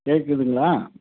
கேட்குதுங்களா